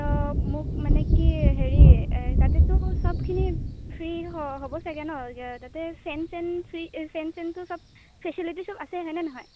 মোক মানে কি হেৰি তাতেতো চবখিনি ফ্ৰী হ' হ'ব চাগে ন তাতে ফেন চেন ফ্ৰী ফেন চেনটো চব ফেচেলিটি চব আছেই হয় নে নহয়